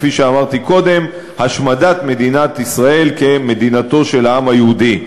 כפי שאמרתי קודם: השמדת מדינת ישראל כמדינתו של העם היהודי.